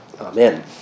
Amen